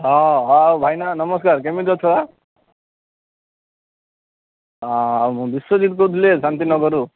ହଁ ହଁ ଭାଇନା ନମସ୍କାର କେମିତି ଅଛ ହଁ ବିଶ୍ୱଜିତ କହୁଥିଲି ଶାନ୍ତି ନଗର ରୁ